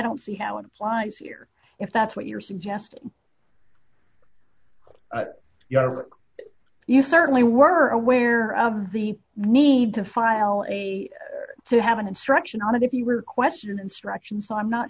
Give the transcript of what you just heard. don't see how it applies here if that's what you're suggesting you certainly were aware of the need to file a to have an instruction on it if you were questioned instructions so i'm not